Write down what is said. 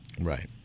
Right